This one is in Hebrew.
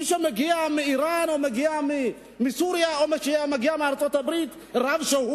מי שמגיע מאירן, מסוריה או מארצות-הברית, רב שהוא,